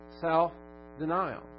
self-denial